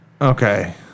Okay